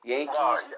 Yankees